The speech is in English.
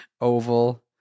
Oval